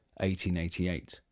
1888